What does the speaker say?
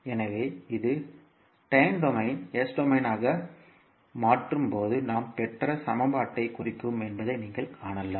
எனவே இது டைம் டொமைனை S டொமைனாக மாற்றும் போது நாம் பெற்ற சமன்பாட்டைக் குறிக்கும் என்பதை நீங்கள் காணலாம்